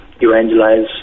evangelize